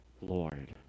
Lord